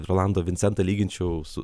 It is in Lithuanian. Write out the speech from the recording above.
rolandą vincentą lyginčiau su